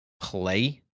play